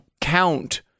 count